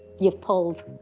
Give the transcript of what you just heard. you've pulled.